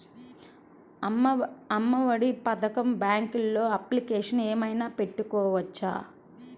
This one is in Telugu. అమ్మ ఒడి పథకంకి బ్యాంకులో అప్లికేషన్ ఏమైనా పెట్టుకోవచ్చా?